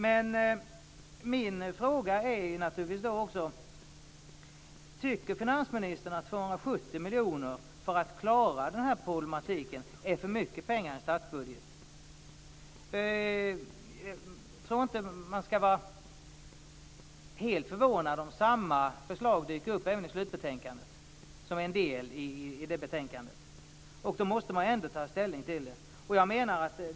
Min fråga är: Tycker finansministern att 270 miljoner för att klara av den här problematiken är för mycket pengar i statsbudgeten? Jag tror inte man ska vara helt förvånad om samma förslag dök upp även i slutbetänkandet som en del i det betänkandet. Då måste man ändå ta ställning till det.